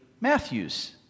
Matthew's